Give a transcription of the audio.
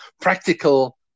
practical